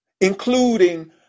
including